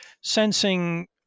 sensing